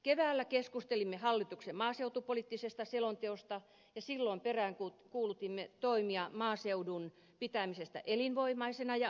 keväällä keskustelimme hallituksen maaseutupoliittisesta selonteosta ja silloin peräänkuulutimme toimia maaseudun pitämisestä elinvoimaisena ja asuttuna